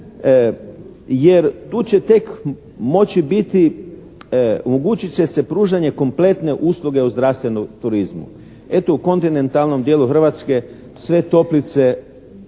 jer tu će tek moći biti, omogućit će se pružanje kompletne usluge u zdravstvenom turizmu. Eto u kontinentalnom dijelu Hrvatske sve toplice